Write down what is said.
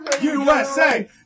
USA